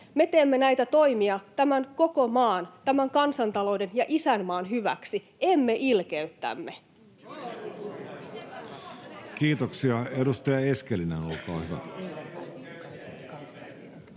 Me teemme näitä toimia tämän koko maan, tämän kansantalouden ja isänmaan hyväksi, emme ilkeyttämme. Kiitoksia. — Edustaja Eskelinen, olkaa hyvä.